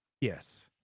Yes